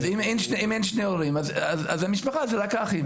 אם אין שני הורים, אז אין משפחה, זה רק האחים.